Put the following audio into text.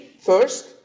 first